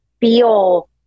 feel